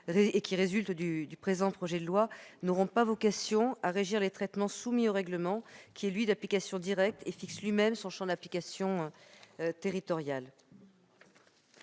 la loi Informatique et libertés n'auront pas vocation à régir les traitements soumis au règlement, qui est d'application directe et fixe lui-même son champ d'application territorial.